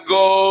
go